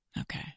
Okay